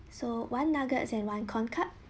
so one nuggets and one corn cup